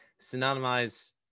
synonymize